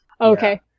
Okay